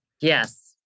Yes